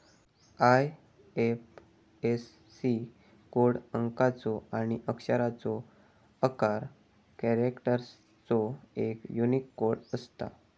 IFSC code अंकाचो आणि अक्षरांचो अकरा कॅरेक्टर्सचो एक यूनिक कोड असता